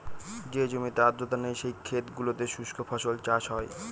যে জমিতে আর্দ্রতা নেই, সেই ক্ষেত গুলোতে শুস্ক ফসল চাষ হয়